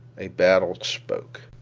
a battery spoke.